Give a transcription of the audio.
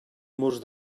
murs